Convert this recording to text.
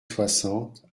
soixante